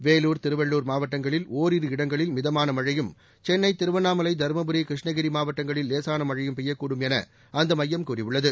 வேலூர் திருவள்ளூர் மாவட்டங்களில் ஒரிரு இடங்களில் மிதமான மழையும் சென்னை திருவண்ணாமலை தருமபுரி கிருஷ்ணகிரி மாவட்டங்களில் லேசான மழையும் பெய்யக்கூடும் என அந்த மையம் கூறியுள்ளது